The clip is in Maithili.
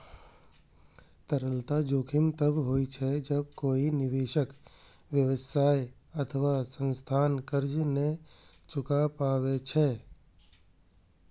तरलता जोखिम तब होइ छै, जब कोइ निवेशक, व्यवसाय अथवा संस्थान कर्ज नै चुका पाबै छै